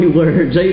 words